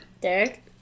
Derek